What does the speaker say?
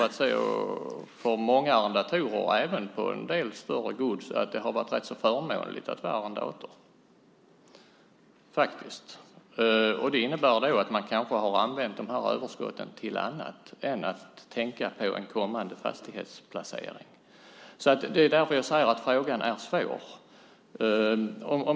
För många har det varit ganska förmånligt att vara arrendator, även på en del större gods. Det har inneburit att man kanske har använt överskotten till annat än att tänka på en kommande fastighetsplacering. Frågan är svår.